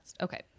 Okay